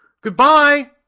Goodbye